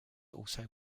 also